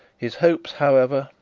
his hopes, however,